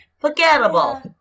forgettable